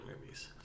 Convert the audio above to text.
movies